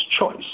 choice